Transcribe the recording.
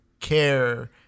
care